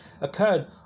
occurred